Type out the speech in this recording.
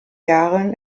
jahren